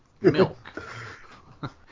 Milk